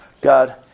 God